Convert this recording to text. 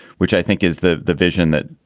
which i think is the the vision that.